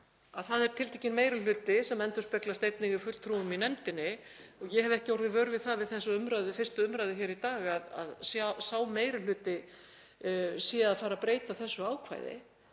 það er tiltekinn meiri hluti sem endurspeglast einnig í fulltrúum í nefndinni og ég hef ekki orðið vör við það við þessa 1. umræðu hér í dag að sá meiri hluti sé að fara að breyta þessu ákvæði.